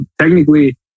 technically